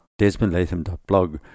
desmondlatham.blog